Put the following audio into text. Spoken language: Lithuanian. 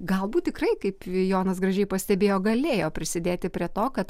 galbūt tikrai kaip jonas gražiai pastebėjo galėjo prisidėti prie to kad